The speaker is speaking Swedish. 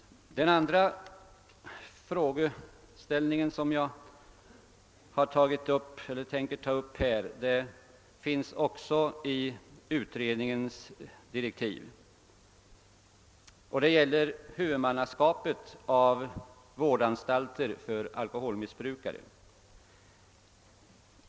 Den andra frågeställning som jag tänker ta upp här återfinns även i utredningens direktiv. Den gäller huvudmannaskapet för vårdanstalter för alkoholmissbrukare.